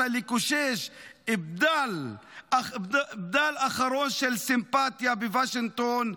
לקושש בדל אחרון של סימפטיה בוושינגטון,